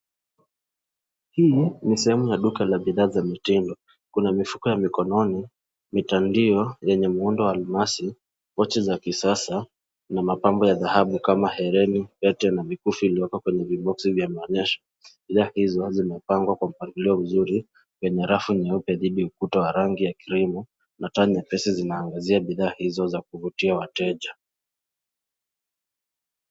Hii ni sehemu ya duka la bidhaa za mitindo. Kuna mifuko ya mikononi, mitandio yenye muundo wa almasi, wochi za kisasa na mapambo ya dhahabu kama hereni, pete na mikufu iliyowekwa kwenye viboxi vya maonyesho. Bidhaa izo zimepangwa kwa mpangilio mzuri kwenye rafu nyeupe dhidi ya ukuta wa rangi ya krimu na tani ya nyepesi zinaangazia bidhaa izo za kuvutia wateja.